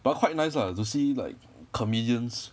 but quite nice lah to see like comedians